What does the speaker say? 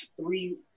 three